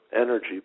energy